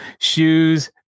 Shoes